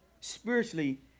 spiritually